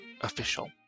official